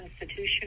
institution